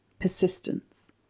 Persistence